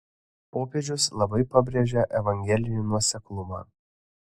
popiežius labai pabrėžia evangelinį nuoseklumą